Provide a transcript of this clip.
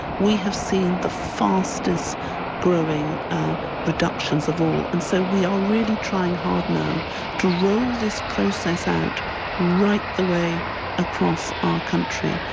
we have seen the fastest-growing ah reductions of all. and so we are really trying hard now to roll this process out right the way across our country,